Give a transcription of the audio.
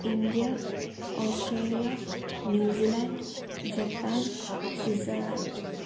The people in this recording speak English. India Australia New Zealand Japan Switzerland